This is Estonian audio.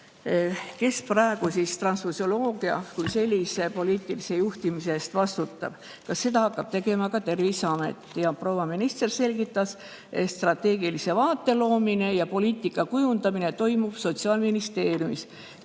kes praegu tranfusioloogia kui sellise poliitilise juhtimise eest vastutab, kas seda hakkab tegema ka Terviseamet. Proua minister selgitas, et strateegilise vaate loomine ja poliitika kujundamine toimub Sotsiaalministeeriumis.